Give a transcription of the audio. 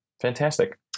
fantastic